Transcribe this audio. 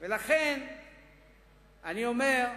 לכן אני אומר,